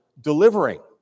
delivering